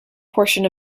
portion